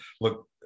look